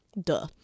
Duh